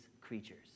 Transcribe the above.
creatures